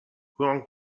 one